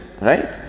right